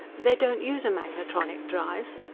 they don't use a magnetronic drive.